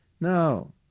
No